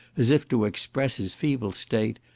as if to express his feeble state,